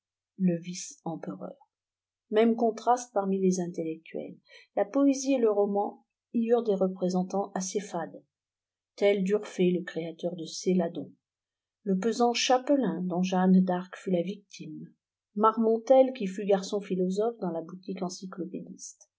le vice empereur mêmes contrastes parmi les intellectuels la poésie et le roman y eurent des représentants assez fades tels d'urfé le créateur de céladon le pesant chapelain dont jeanne d'arc fut la victime marmontel qui fut garçon philosophe dans la boutique encyclopédiste